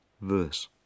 verse